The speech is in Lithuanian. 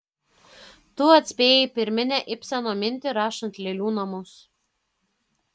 tu atspėjai pirminę ibseno mintį rašant lėlių namus